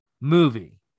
movie